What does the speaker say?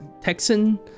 Texan